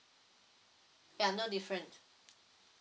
yeah no different